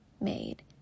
made